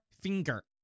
Finger